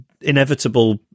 inevitable